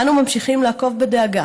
אנו ממשיכים לעקוב בדאגה